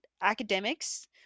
academics